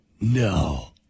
No